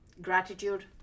gratitude